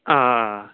آ